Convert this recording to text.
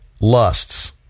lusts